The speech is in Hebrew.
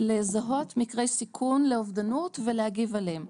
לזהות מקרי סיכון לאובדנות להגיב עליהם,